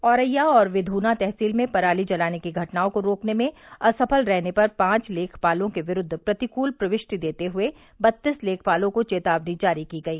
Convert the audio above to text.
औरैया और विधूना तहसील में पराली जलाने की घटनाओं को रोकने में असफल रहने पर पांच लेखपालों के विरूद्व प्रतिकूल प्रविष्टि देते हुए बत्तीस लेखपालों को चेतावनी जारी की गई